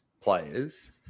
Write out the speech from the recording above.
players